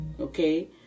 Okay